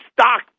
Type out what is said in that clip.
stock